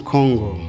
Congo